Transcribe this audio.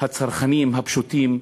הצרכנים הפשוטים,